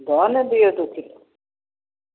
दऽ ने दिऔ दुइ किलो